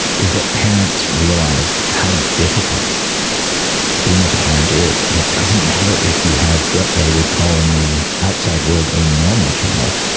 is that parents realise how difficult being a parent is, and it doesn't matter if you have what they would call in the outside world a normal child,